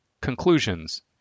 Conclusions